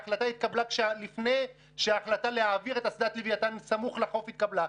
ההחלטה התקבלה לפני שההחלטה להעביר את אסדת לוויתן סמוך לחוף התקבלה,